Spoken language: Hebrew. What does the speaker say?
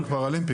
מאור כהן,